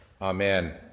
Amen